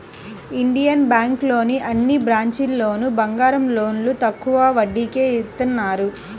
Indian బ్యేంకులోని అన్ని బ్రాంచీల్లోనూ బంగారం లోన్లు తక్కువ వడ్డీకే ఇత్తన్నారు